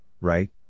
right